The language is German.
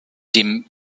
dem